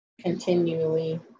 continually